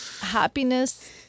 happiness